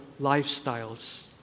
lifestyles